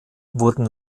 wurden